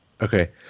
Okay